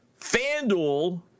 FanDuel